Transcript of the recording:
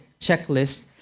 checklist